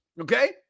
Okay